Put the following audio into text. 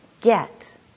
get